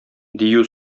дию